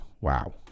Wow